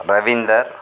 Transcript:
Ravinder